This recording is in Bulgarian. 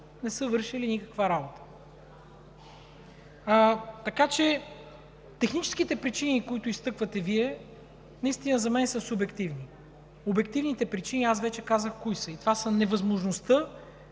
не са вършили никаква работа. Така че техническите причини, които изтъквате Вие, наистина за мен са субективни. Обективните причини аз вече казах кои са и това са невъзможността